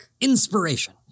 Inspiration